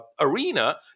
arena